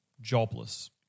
jobless